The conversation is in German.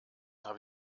habe